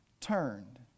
turned